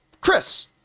Chris